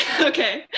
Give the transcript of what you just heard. okay